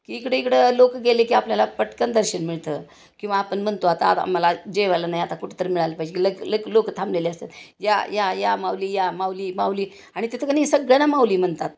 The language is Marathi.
की इकडं इकडं लोक गेले की आपल्याला पटकन दर्शन मिळतं किंवा आपण म्हणतो आता आम्हाला जेवायला न्या आता कुठं तरी मिळायला पाहिजे लग लक लोक थांबलेले असतात या या या माऊली या माऊली माऊली आणि तिथं का नाही सगळ्यांना माऊली म्हणतात